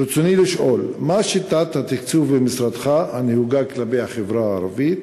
ברצוני לשאול: 1. מה היא שיטת התקצוב הנהוגה במשרדך כלפי החברה הערבית?